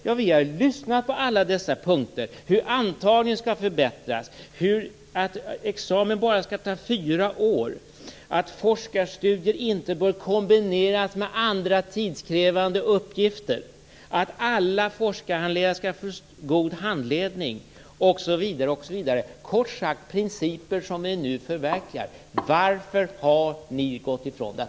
Ja, vi har lyssnat på alla dessa punkter om hur antagningen skall förbättras, om att examen bara skall ta fyra år, om att forskarstudier inte bör kombineras med andra tidskrävande uppgifter, om att alla forskarhandledare skall få god handledning osv. - kort sagt: principer som vi nu förverkligar. Varför har ni gått ifrån dem?